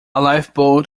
lifeboat